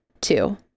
Two